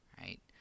right